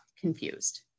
confused